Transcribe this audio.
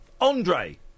Andre